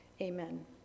Amen